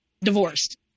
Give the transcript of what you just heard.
divorced